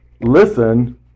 listen